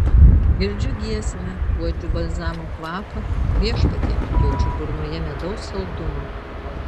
girdžiu giesmę uodžiu balzamo kvapą viešpatie jaučiu burnoje medaus saldumą